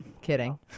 Kidding